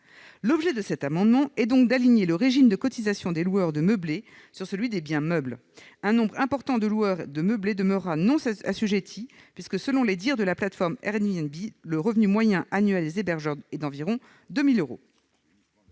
L'objet de cet amendement est d'aligner le régime de cotisation des loueurs de meublés sur celui des biens meubles. Un nombre important de loueurs de meublés demeureront non assujettis puisque, selon la plateforme Airbnb, le revenu moyen annuel des hébergeurs est d'environ 2 000 euros.